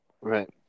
Right